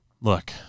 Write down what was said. Look